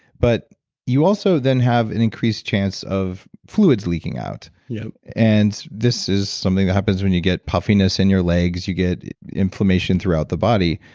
but you also then have an increased chance of fluids leaking out yup and this is something that happens when you get puffiness in your legs. you get inflammation throughout the body,